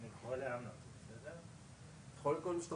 כשאנשים